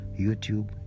youtube